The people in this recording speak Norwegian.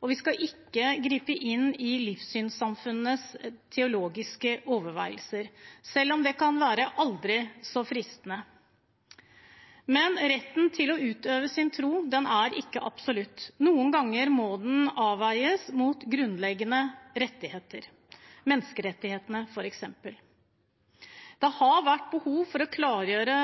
og vi skal ikke gripe inn i livssynssamfunnenes teologiske overveielser, selv om det kan være aldri så fristende. Men retten til å utøve sin tro er ikke absolutt. Noen ganger må den avveies mot grunnleggende rettigheter, f.eks. menneskerettighetene. Det har vært behov for å klargjøre